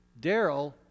Daryl